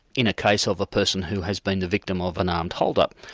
in a case of a person who has been the victim of an armed hold-up,